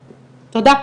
תודה.